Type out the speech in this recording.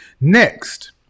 Next